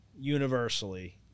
Universally